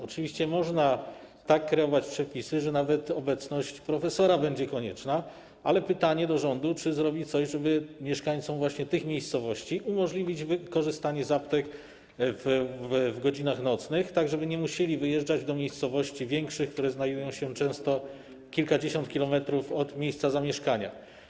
Oczywiście można tak kreować przepisy, że nawet obecność profesora będzie konieczna, ale pytanie do rządu, czy zrobi coś, żeby mieszkańcom właśnie tych miejscowości umożliwić korzystanie z aptek w godzinach nocnych, tak żeby nie musieli wyjeżdżać do większych miejscowości, które znajdują się często kilkadziesiąt kilometrów od miejsca ich zamieszkania.